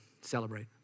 celebrate